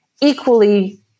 equally